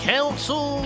Council